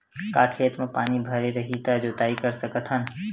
का खेत म पानी भरे रही त जोताई कर सकत हन?